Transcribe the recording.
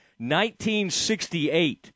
1968